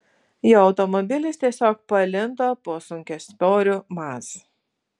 jo automobilis tiesiog palindo po sunkiasvoriu maz